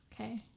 Okay